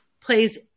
plays